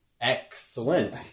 Excellent